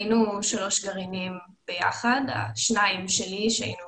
היינו שלושה גרעינים ביחד, שניים שלי שהיינו